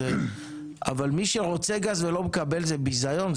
אבל מי שרוצה גז ולא מקבל זה ביזיון,